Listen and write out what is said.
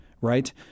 right